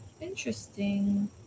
Interesting